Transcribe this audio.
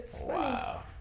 wow